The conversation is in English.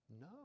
No